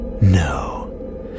No